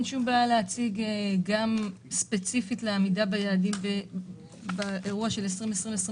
אין שום בעיה להציג גם ספציפית לעמידה ביעדים באירוע של 2020 2021